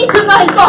tonight